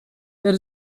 there